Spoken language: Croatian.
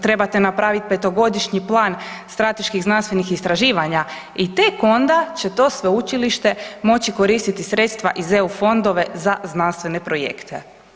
Trebate napraviti 5-godišnji plan strateških znanstvenih istraživanja i tek onda će to sveučilište moći koristiti sredstva iz EU fondova za znanstvene projekte.